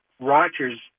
rogers